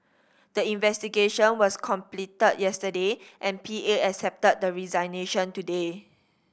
the investigation was completed yesterday and P A accepted the resignation today